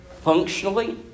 Functionally